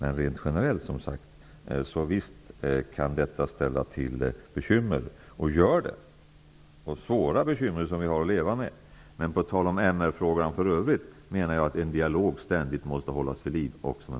Visst kan det ställa till bekymmer rent generellt. Det gör det. Det ställer till svåra bekymmer som vi har att leva med. Vad gäller MR-frågan i övrigt menar jag att en dialog ständigt måste hållas vid liv också med